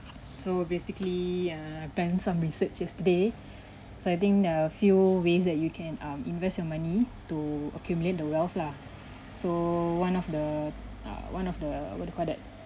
so basically err I've done some research yesterday so I think there are a few ways that you can um invest your money to accumulate the wealth lah so one of the uh one of the what do you call that